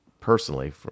personally